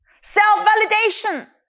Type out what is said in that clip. Self-validation